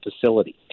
facility